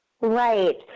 right